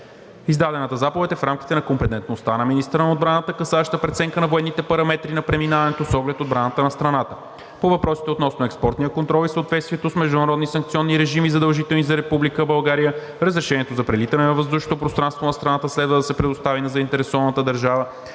Издадената заповед е в рамките на компетентността на министъра на отбраната, касаеща преценка на военните параметри на преминаването с оглед отбраната на страната. По въпросите относно експортния контрол и съответствието с международни санкционни режими, задължителни за Република България, разрешението за прелитане на въздушното пространство на страната следва да се предостави на заинтересованата държава